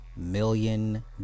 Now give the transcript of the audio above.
million